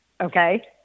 Okay